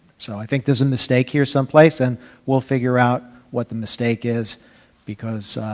so i think there's a mistake here someplace, and we'll figure out what the mistake is because,